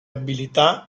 abilità